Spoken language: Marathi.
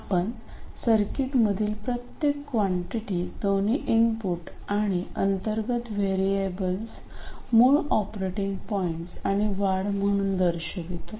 आपण सर्किटमधील प्रत्येक कॉन्टिटी दोन्ही इनपुट आणि अंतर्गत व्हेरिएबल्स मूळ ऑपरेटींग पॉईंट्स आणि वाढ म्हणून दर्शवितो